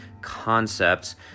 concepts